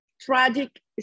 tragic